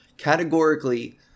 Categorically